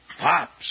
Pops